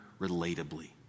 relatably